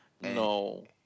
No